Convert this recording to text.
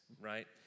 right